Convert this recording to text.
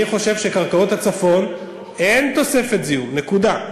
אני חושב שקרקעות הצפון, אין תוספת זיהום, נקודה.